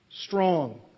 Strong